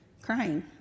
crying